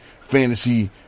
Fantasy